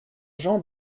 jean